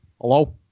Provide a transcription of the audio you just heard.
Hello